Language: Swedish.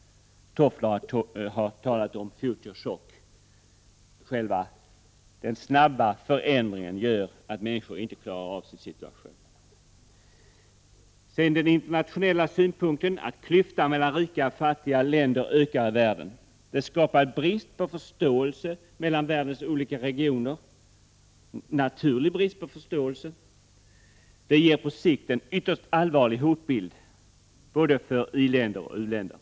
Toffler har talat om future chock. Den snabba förändringen gör att människor inte klarar av sin situation. Den internationella synpunkten är att klyftan mellan rika och fattiga länder i världen ökar. Detta skapar brist på förståelse mellan världens olika regioner, alltså en naturlig brist på förståelse. Detta ger på sikt en ytterst allvarlig hotbild både för i-länder och för u-länder.